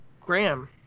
Graham